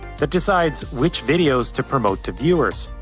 that decides which videos to promote to viewers.